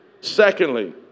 Secondly